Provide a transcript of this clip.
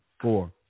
four